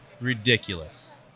ridiculous